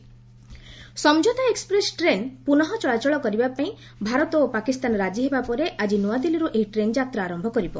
Samjhauta express Samjhauta express train ପୁନଃ ଚଳାଚଳ କରିବାପାଇଁ ଭାରତ ଓ ପାକିସ୍ତାନ ରାଜି ହେବା ପରେ ଆଜି ନୂଆଦିଲ୍ଲୀରୁ ଏହି ଟ୍ରେନ୍ ଯାତ୍ରା ଆରମ୍ଭ କରିବ